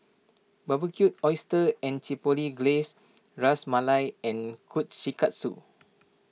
Barbecued Oysters with Chipotle Glaze Ras Malai and Kushikatsu